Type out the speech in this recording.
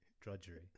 drudgery